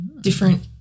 different